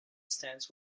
stance